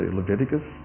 Leviticus